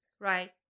Right